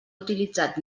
utilitzat